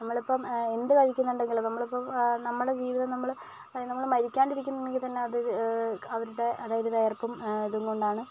നമ്മളിപ്പോൾ എന്ത് കഴിക്കുന്നുണ്ടെങ്കിലും നമ്മളിപ്പം നമ്മുടെ ജീവിതം നമ്മള് മരിക്കാണ്ടിരിക്കുന്നുണ്ടെങ്കിൽ തന്നെ അത് അവരുടെ അതായത് വിയർപ്പും ഇതും കൊണ്ടാണ്